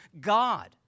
God